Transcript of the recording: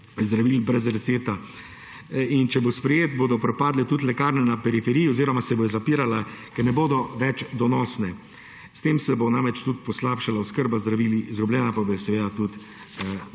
zdravil brez recepta. Če bo sprejet, bodo propadle tudi lekarne na periferiji oziroma se bodo zapirala, ker ne bodo več donosne. S tem se bo namreč tudi poslabšala oskrba zdravil, izgubljena pa bodo seveda tudi